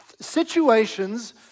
situations